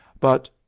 but,